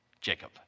Jacob